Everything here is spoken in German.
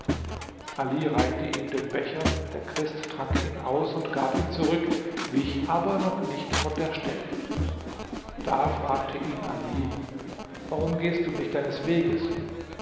ali reichte ihm den becher der christ trank ihn aus und gab ihn zurück wich aber noch nicht von der stelle da fragte ihn ali warum gehst du nicht deines weges